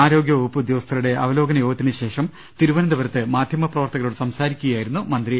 ആരോഗ്യവകുപ്പ് ഉദ്യോഗസ്ഥരുടെ അവലോകന യോഗത്തിനുശേഷം തിരുവനന്തപുരത്ത് മാധ്യമ പ്രവർത്തകരോട് സംസാരിക്കുകയായിരുന്നു മന്ത്രി